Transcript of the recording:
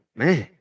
man